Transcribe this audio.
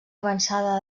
avançada